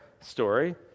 story